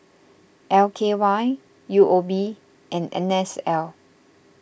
L K Y U O B and N S L